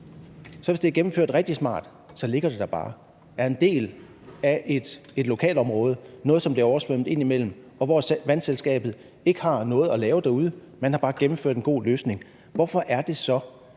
og hvis det er rigtig smart, så ligger det der bare og er en del af et lokalområde, noget, som bliver oversvømmet indimellem, og hvor vandselskabet ikke har noget at lave derude. Man har bare gennemført en god løsning. Hvorfor er det så,